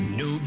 no